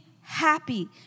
happy